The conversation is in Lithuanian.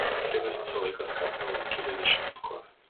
tėvas visą laiką skatino lankyti dešimtkovę